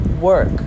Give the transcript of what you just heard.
work